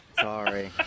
Sorry